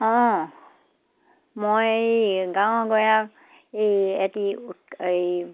অঁ মই এই গাঁৱৰ গঞাক এই এটি এই